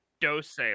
Dose